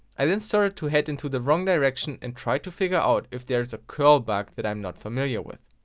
i then started to head into the wrong direction and i tried to figure out if there is a curl bug that i'm not familiar with.